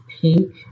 pink